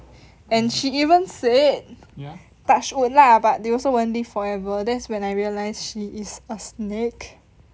and she even said touch wood lah but they also won't live forever that's when I realised she is a snake